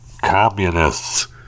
communists